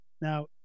Now